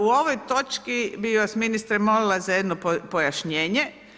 U ovoj točki bi vas ministre molila za jedno pojašnjenje.